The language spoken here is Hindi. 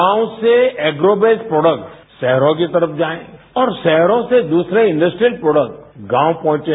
गांव से एग्रोबेस प्रोडक्ट शहरों की तरफ जाएं और शहरों से दूसरे इंडस्ट्रेट प्रोडक्ट गांव पहुंचे